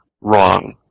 wrong